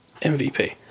MVP